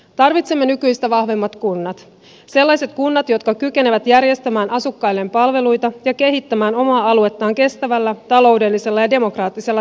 tarvitsemme nykyistä vahvemmat kunnat sellaiset kunnat jotka kykenevät järjestämään asukkailleen palveluita ja kehittämään omaa aluettaan kestävällä taloudellisella ja demokraattisella tavalla